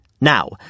Now